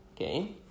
okay